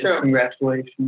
congratulations